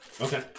Okay